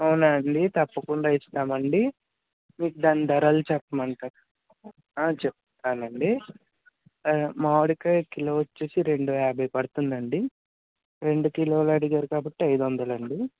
అవునా అండి తప్పకుండా ఇస్తామండి మీకు దాని ధరలు చెప్పమంటారా చెప్తానండి మామిడికాయ కిలో వచ్చి రెండు యాభై పడుతుందండి రెండు కిలోలు అడిగారు కాబట్టి ఐదు వందలు అండి